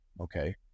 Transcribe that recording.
Okay